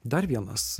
dar vienas